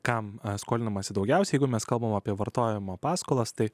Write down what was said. kam skolinamasi daugiausiai jeigu mes kalbame apie vartojimo paskolas tai